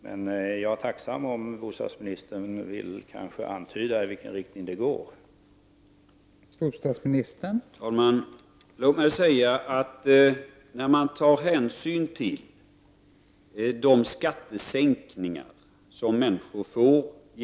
Jag skulle bli tacksam om bostadsministern ville antyda i vilken riktning det kommer att gå.